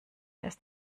ist